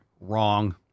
Wrong